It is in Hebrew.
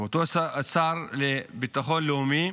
שר לביטחון לאומי,